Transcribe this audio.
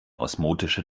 osmotischer